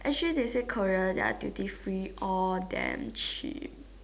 actually they say Korea they're duty free all damn cheap